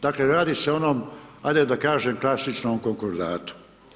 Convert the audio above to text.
Dakle, radi se o onom, ajde da kažem, klasičnom konkordatu.